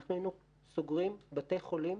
אנחנו היינו סוגרים בתי חולים,